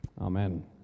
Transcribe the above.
Amen